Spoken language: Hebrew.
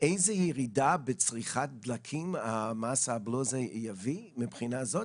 איזו ירידה בצריכת דלקים מס הבלו הזה יביא מהבחינה הזאת?